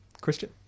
Christian